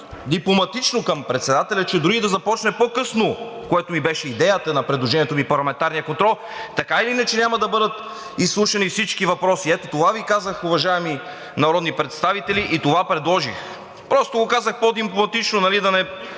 дипломатично към председателя, че дори и да започне по-късно, което беше идеята на предложението ми за парламентарния контрол, така или иначе няма да бъдат изслушани всички въпроси. Ето това Ви казах, уважаеми народни представители, и това предложих. Просто го казах по-дипломатично, да не